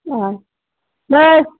नै